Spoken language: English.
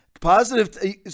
positive